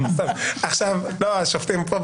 השופטים פה,